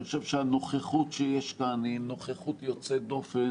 אני חושב שהנוכחות שיש כאן היא נוכחות יוצאת דופן,